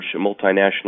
multinational